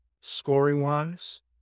scoring-wise